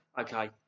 Okay